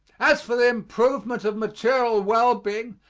as for the improvement of material well-being,